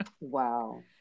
wow